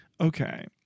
Okay